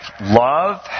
love